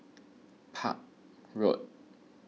Park Road